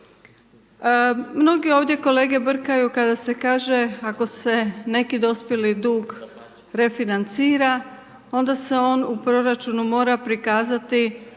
Mnogi ovdje kolege brkaju kada se kaže ako se neki dospjeli dug refinancira onda se on u proračunu mora prikazati